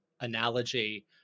analogy